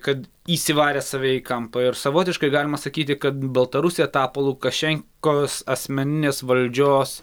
kad įsivarė save į kampą ir savotiškai galima sakyti kad baltarusija tapo lukašen kos asmeninės valdžios